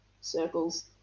circles